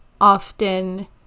often